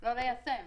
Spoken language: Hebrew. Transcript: לא ליישם.